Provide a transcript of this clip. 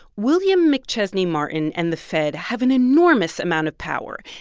william mcchesney martin and the fed have an enormous amount of power.